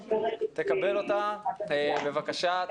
בבקשה.